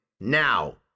Now